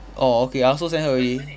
orh okay I also send her already